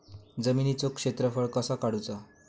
जमिनीचो क्षेत्रफळ कसा काढुचा?